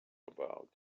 about